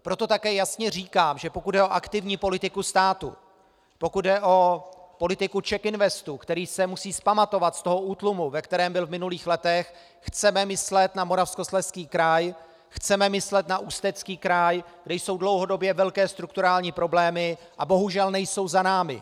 Proto také jasně říkám, že pokud jde o aktivní politiku státu, pokud jde o politiku CzechInvestu, který se musí vzpamatovat z toho útlumu, ve kterém byl v minulých letech, chceme myslet na Moravskoslezský kraj, chceme myslet na Ústecký kraj, kde jsou dlouhodobě velké strukturální problémy a bohužel nejsou za námi.